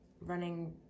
running